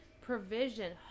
provision